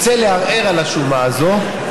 רוצה לערער על השומה הזאת,